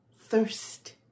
thirst